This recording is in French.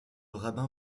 rabbin